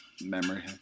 memory